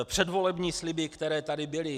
Předvolební sliby, které tady byly.